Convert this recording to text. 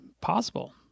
possible